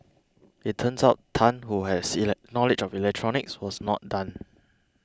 it turns out Tan who has knowledge of electronics was not done